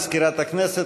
תודה למזכירת הכנסת.